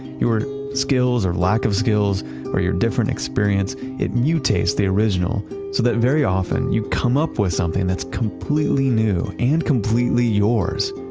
your skills or lack of skills or your different experience, experience, it mutates the original so that very often, you've come up with something that's completely new and completely yours.